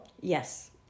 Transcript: Yes